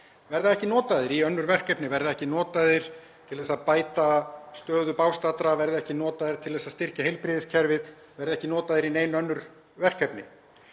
verða ekki notaðir í önnur verkefni, verða ekki notaðir til að bæta stöðu bágstaddra, verða ekki notaðir til að styrkja heilbrigðiskerfið, verða ekki notaðir í nein önnur verkefni.